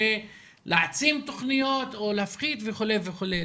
ולהעצים תוכניות או להפחית וכו' וכו'.